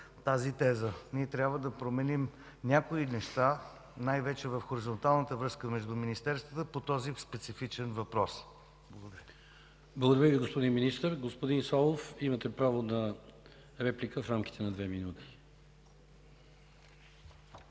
тази теза. Ние трябва да променим някои неща, най-вече в хоризонталната връзка между министерствата, по този специфичен въпрос. ПРЕДСЕДАТЕЛ КИРИЛ ЦОЧЕВ: Благодаря, господин Министър. Господин Славов, имате право на реплика в рамките на две минути.